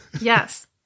Yes